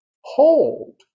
hold